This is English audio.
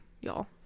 y'all